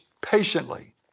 patiently